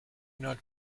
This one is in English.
not